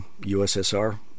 ussr